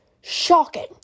shocking